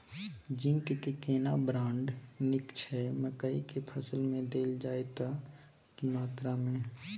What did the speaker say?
Zinc के केना brand नीक छैय मकई के फसल में देल जाए त की मात्रा में?